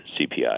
CPI